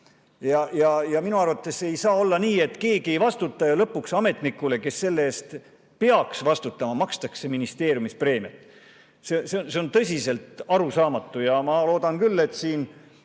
Minu arvates ei saa olla nii, et keegi ei vastuta, ja lõpuks ametnikule, kes selle eest peaks vastutama, makstakse ministeeriumis preemiat. See on tõsiselt arusaamatu ja ma loodan küll, et siin